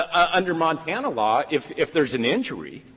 under montana law, if if there's an injury,